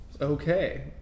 Okay